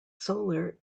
solar